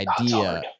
idea